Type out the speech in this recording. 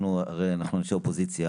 אנחנו הרי אנשי אופוזיציה,